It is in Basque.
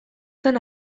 zen